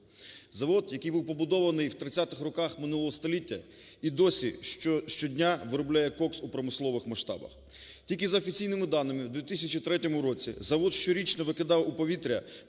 Завод, який був побудований у 30-х роках минулого століття, і досі щодня виробляє кокс у промислових масштабах. Тільки за офіційними даними у 2003 році завод щорічно викидав у повітря